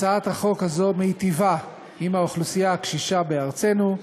הצעת החוק הזאת מיטיבה עם האוכלוסייה הקשישה בארצנו,